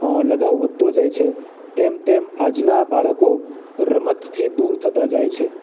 લગાવ વધતો જાય છે તેમ તેમ આજના બાળકો રમતથી દૂર થતા જાય છે